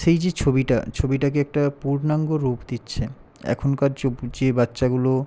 সেই যে ছবিটা ছবিটাকে একটা পূর্ণাঙ্গ রূপ দিচ্ছে এখনকার যে বাচ্চাগুলো